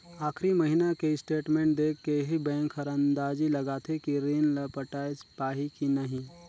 आखरी महिना के स्टेटमेंट देख के ही बैंक हर अंदाजी लगाथे कि रीन ल पटाय पाही की नही